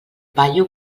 paio